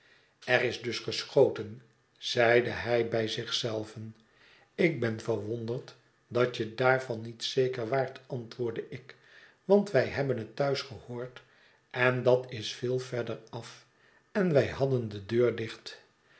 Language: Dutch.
er is dus geschoten zeide hij bij zich zelven ik ben verwonderd dat je daarvan niet zeker waart antwoorde ik want wij hebben het thuis gehoord en dat is veel verder af en wlj hadden de deur dicht